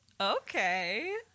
Okay